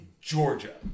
Georgia